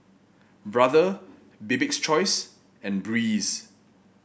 Brother Bibik's Choice and Breeze